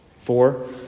Four